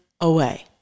away